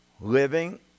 Living